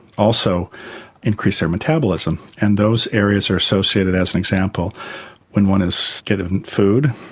also increased their metabolism. and those areas are associated as an example when one is getting food,